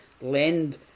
lend